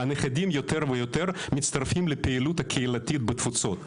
הנכדים יותר ויותר מצטרפים לפעילות הקהילתית בתפוצות.